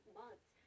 months